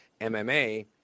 MMA